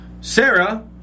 Sarah